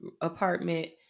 apartment